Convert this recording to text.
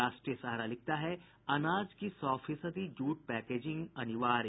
राष्ट्रीय सहारा लिखता है अनाज की सौ फीसदी जूट पैकेजिंग अनिवार्य